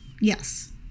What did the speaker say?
Yes